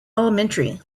elementary